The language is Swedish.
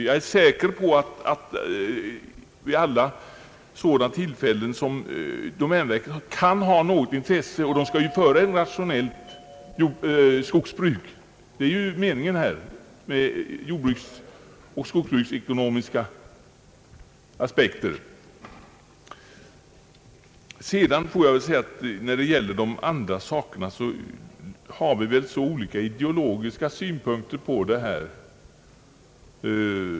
Jag är säker på att domänverket vid alla tveksamma tillfällen kommer att gå in för ett rationellt skogsbruk — det är ju meningen. Beträffande de andra frågor som här togs upp vill jag säga att det föreligger så olika ideologiska synpunkter mellan oss.